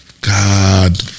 God